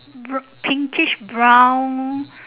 brown pinkish brown